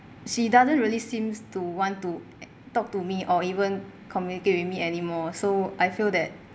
she doesn't really seems to want to talk to me or even communicate with me anymore so I feel that